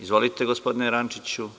Izvolite, gospodine Rančiću.